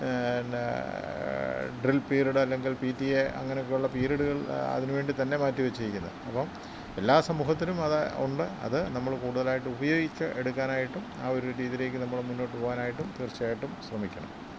ന്ന drill period അല്ലെങ്കിൽ P T A അങ്ങനെയൊക്കെയുള്ള പിരീടുകൾ അതിനുവേണ്ടി തന്നെ മാറ്റിവെച്ചിരിക്കുന്നു അപ്പോൾ എല്ലാ സമൂഹത്തിനും അത് ഉണ്ട് അത് നമ്മൾ കൂടുതലായിട്ട് ഉപയോഗിച്ച് എടുക്കാനായിട്ട് ആ ഒരു രീതിയിലേക്ക് നമ്മൾ മുൻപോട്ടു പോകാനായിട്ടും തീർച്ചയായിട്ടും ശ്രമിക്കണം